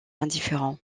indifférent